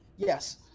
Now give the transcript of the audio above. Yes